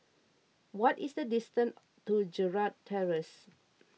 what is the distance to Gerald Terrace